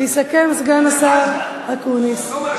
יסכם סגן השר אקוניס.